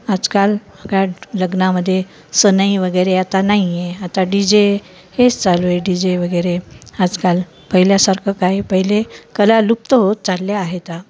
आजकाल लग्नामध्ये सनई वगैरे आता नाही आहे आता डी जे हेच चालू आहे डी जे वगैरे आजकाल पहिल्यासारखं काही पहिले कला लुप्त होत चालले आहेत